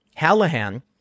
Hallahan